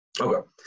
Okay